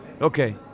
Okay